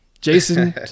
Jason